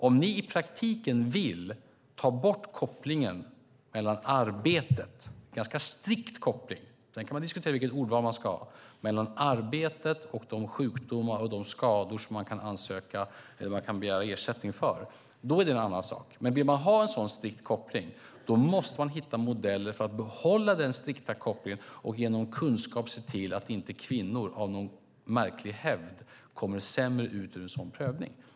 Om ni i praktiken vill ta bort den ganska strikta kopplingen - sedan kan man diskutera vilket ordval man ska ha - mellan arbetet och de sjukdomar och skador som man kan begära ersättning för är det en annan sak. Men vill man ha en så strikt koppling måste man hitta modeller för att behålla den strikta kopplingen och genom kunskap se till att inte kvinnor av någon märklig hävd kommer sämre ut ur en sådan prövning.